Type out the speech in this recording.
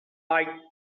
light